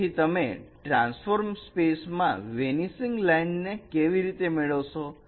તેથી તમે ટ્રાન્સફોર્મર સ્પેસમાં આ વેનીસિંગ લાઈન કેવી રીતે મેળવશો